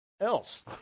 else